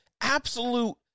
absolute